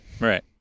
Right